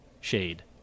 Shade